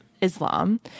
Islam